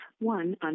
one